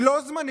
היא לא זמנית.